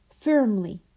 firmly